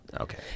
Okay